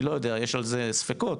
יש לגבי זה ספקות,